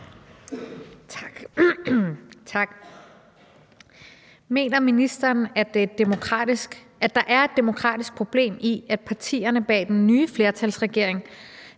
Tak. Mener ministeren, at der er et demokratisk problem i, at partierne bag den nye flertalsregering